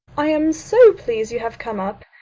i am so pleased you have come up.